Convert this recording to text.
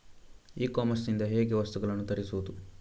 E commerce ಇಂದ ಹೇಗೆ ವಸ್ತುಗಳನ್ನು ತರಿಸುವುದು?